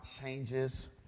changes